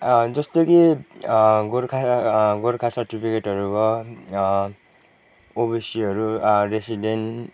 जस्तो कि गोर्खा गोर्खा सर्टिफिकेटहरू भयो ओबिसिहरू रेसिडेन्ट